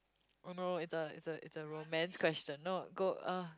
oh no it's a it's a it's a romance question no go